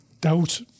doubt